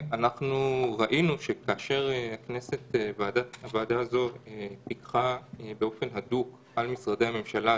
אנחנו ראינו שכאשר הוועדה הזאת פיקחה באופן הדוק על משרדי הממשלה,